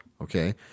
okay